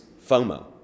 FOMO